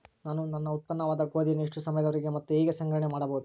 ನಾನು ನನ್ನ ಉತ್ಪನ್ನವಾದ ಗೋಧಿಯನ್ನು ಎಷ್ಟು ಸಮಯದವರೆಗೆ ಮತ್ತು ಹೇಗೆ ಸಂಗ್ರಹಣೆ ಮಾಡಬಹುದು?